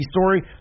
story